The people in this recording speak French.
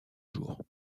jour